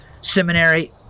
Seminary